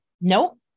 Nope